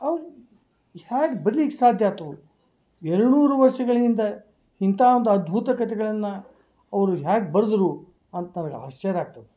ಅವ್ರ ಹ್ಯಾಗ ಬರ್ಲಿಕ್ಕೆ ಸಾಧ್ಯಾತು ಎರಡು ನೂರು ವರ್ಷಗಳಿಂದ ಇಂಥಾ ಒಂದು ಅದ್ಭುತ ಕತೆಗಳನ್ನ ಅವರು ಹ್ಯಾಗ ಬರ್ದ್ರು ಅಂತೇಳಿ ಆಶ್ಚರ್ಯ ಆಗ್ತದೆ